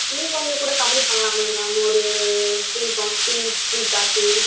இன்னும் கொஞ்சம் கூட கம்மி பண்ணலாமே மேம் ஒரு த்ரீ டுவெண்டி த்ரீ தெர்ட்டி